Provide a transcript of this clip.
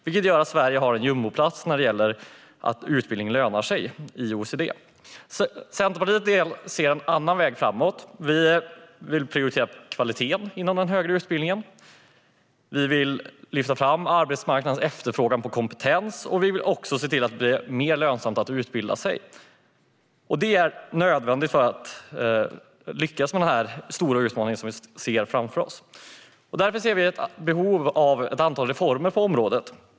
Det gör att Sverige har en jumboplats i OECD när det gäller att utbildning lönar sig. Centerpartiet ser en annan väg framåt. Vi vill prioritera kvaliteten inom den högre utbildningen. Vi vill lyfta fram arbetsmarknadens efterfrågan på kompetens, och vi vill också se till att det blir mer lönsamt att utbilda sig. Det är nödvändigt för att lyckas med den stora utmaning som vi ser framför oss. Där anser vi att det finns ett behov av ett antal reformer på området.